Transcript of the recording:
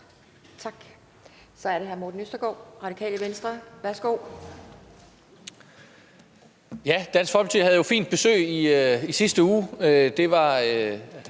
Tak. Så er det hr. Morten Østergaard, Det Radikale Venstre. Værsgo.